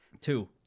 Two